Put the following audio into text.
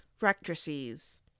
rectrices